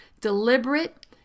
deliberate